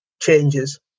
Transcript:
changes